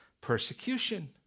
persecution